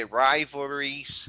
rivalries